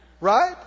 right